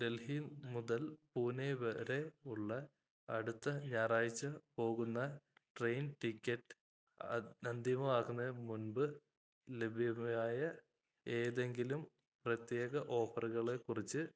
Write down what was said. ഡൽഹി മുതൽ പൂനെ വരെ ഉള്ള അടുത്ത ഞായറാഴ്ച പോകുന്ന ട്രെയിൻ ടിക്കറ്റ് അന്തിമമാകുന്നതിനുമുന്പ് ലഭ്യമായ ഏതെങ്കിലും പ്രത്യേക ഓഫറുകളെക്കുറിച്ച്